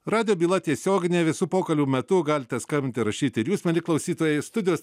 radijo byla tiesioginė visų pokalbių metu galite skambinti rašyti ir jūs mieli klausytojai studijos